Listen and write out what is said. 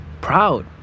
proud